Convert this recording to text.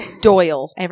Doyle